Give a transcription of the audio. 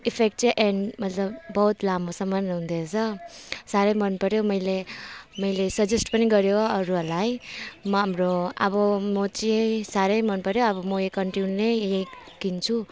effect चाहिँ and मतलब बहुत लामोसम्म हुँदो रहेछ साह्रै मन पर्यो मैले मैले सजेस्ट पनि गर्यो अरूहरूलाई हाम्रो अब म चाहिँ साह्रै मन पर्यो अब म यही कन्टिन्यु नै यही किन्छु